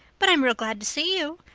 but i'm real glad to see you.